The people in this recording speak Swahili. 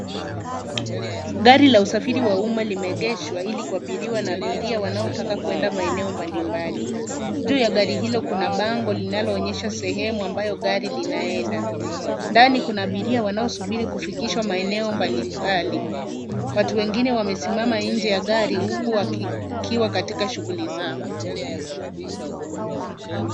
Gari la usafiri wa umma limeegeshwa ili kuabiriwa na abiria wanaotaka kuenda maeneo mbali mbali. Juu ya gari hilo kuna bango linaloonyesha sehemu ambayo gari linaenda. Ndani kuna abiria wanaosubiri kufikishwa maeneo mbali mbali. Watu wengine wamesimama nje ya gari huku wakiwa katika shughuli zao.